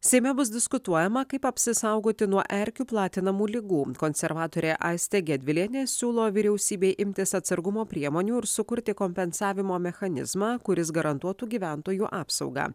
seime bus diskutuojama kaip apsisaugoti nuo erkių platinamų ligų konservatorė aistė gedvilienė siūlo vyriausybei imtis atsargumo priemonių ir sukurti kompensavimo mechanizmą kuris garantuotų gyventojų apsaugą